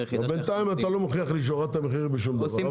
בינתיים אתה לא מוכיח לי שהורדתם מחירים בשום דבר.